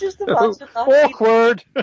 awkward